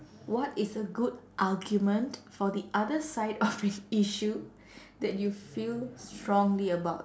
what is a good argument for the other side of an issue that you feel strongly about